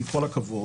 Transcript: עם כל הכבוד,